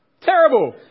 Terrible